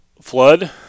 flood